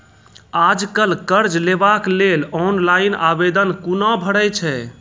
आज कल कर्ज लेवाक लेल ऑनलाइन आवेदन कूना भरै छै?